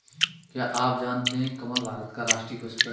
क्या आप जानते है कमल भारत का राष्ट्रीय पुष्प है?